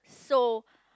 so